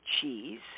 cheese